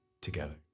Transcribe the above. together